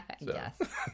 Yes